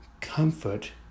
comfort